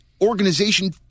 organization